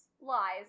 Lies